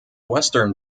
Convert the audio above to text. western